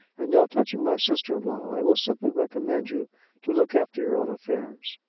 and now touching my sister-in-law, i will simply recommend you to look after your own affairs.